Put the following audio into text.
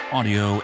Audio